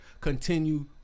Continue